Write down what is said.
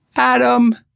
Adam